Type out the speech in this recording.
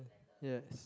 yes